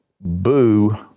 boo